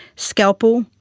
scalpel,